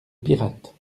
pirates